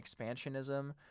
expansionism